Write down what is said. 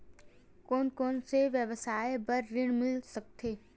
कोन कोन से व्यवसाय बर ऋण मिल सकथे?